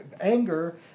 anger